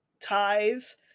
ties